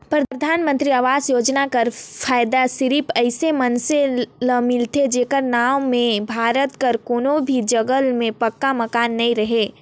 परधानमंतरी आवास योजना कर फएदा सिरिप अइसन मइनसे ल मिलथे जेकर नांव में भारत कर कोनो भी जगहा में पक्का मकान नी रहें